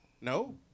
No